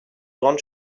grandes